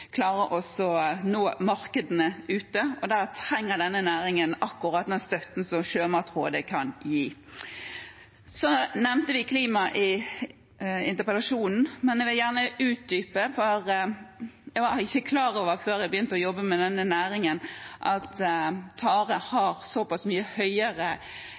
nå markedene ute, og der trenger de akkurat den støtten som Sjømatrådet kan gi. Så nevnte vi klima i interpellasjonen, men jeg vil gjerne utdype. Jeg var ikke klar over før jeg begynte å jobbe med denne næringen, at tare har såpass mye høyere